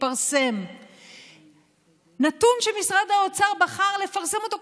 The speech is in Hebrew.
התפרסם נתון שמשרד האוצר בחר לפרסם אותו,